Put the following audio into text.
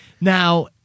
Now